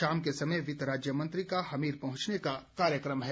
शाम के समय वित्त राज्य मंत्री का हमीरपुर पहुंचने का कार्यक्रम है